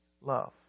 love